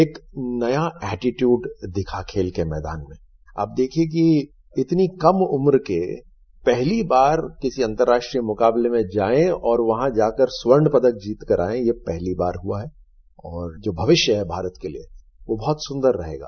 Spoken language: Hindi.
एक नया एटीट्यूड देखा खेल वे मैदान में आप देखिये कि इतनी कम उम्र के पहली बार किसी अन्तर्राष्ट्रीय मुकाबले में जाये और वहां जाकर स्वर्ण पदक जीतकर आधे यह पहली बार हुआ है और जो भविष्य है भारत के लिए वह बहुत सुन्दर रहेगा